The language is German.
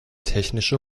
technische